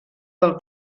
del